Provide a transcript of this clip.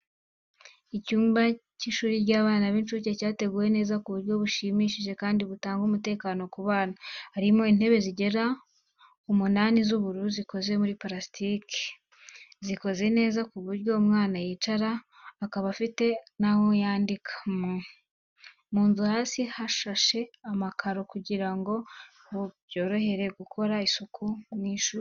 Icyumba cy’ishuri ry'abana b’incuke cyateguwe neza ku buryo bushimishije kandi butanga umutekano ku bana. Harimo intebe zigera ku munani z'ubururu zikoze muri purasitike. Zikoze neza ku buryo umwana yicara akaba afite n'aho kwandikira. Mu nzu hasi hashashe amakaro kugira ngo byorohe gukora isuku mu ishuri.